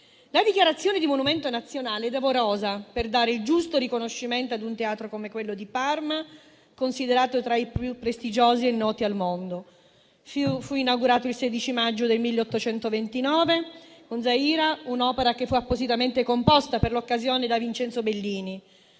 La dichiarazione di monumento nazionale è doverosa per dare il giusto riconoscimento a un teatro come quello di Parma, considerato tra i più prestigiosi e noti al mondo. Fu inaugurato il 16 maggio del 1829, con «Zaira», un'opera che fu appositamente composta per l'occasione da Vincenzo Bellini.